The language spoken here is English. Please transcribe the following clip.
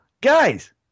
guys